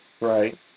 right